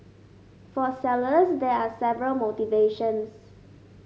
for sellers there are several motivations